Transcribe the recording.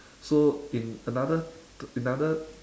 so in another to in other